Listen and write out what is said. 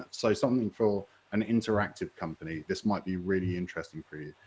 so something for an interactive company, this might be really interesting for you.